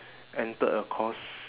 entered a course